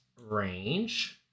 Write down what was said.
range